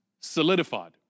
solidified